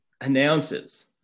announces